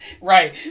Right